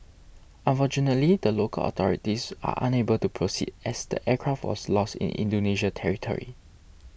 unfortunately the local authorities are unable to proceed as the aircraft was lost in Indonesia territory